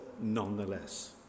nonetheless